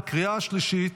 בקריאה השלישית.